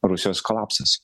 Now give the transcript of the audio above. rusijos kolapsas